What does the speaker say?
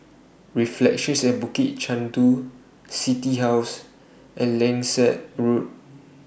Reflections At Bukit Chandu City House and Langsat Road